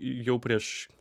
jau prieš